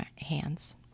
hands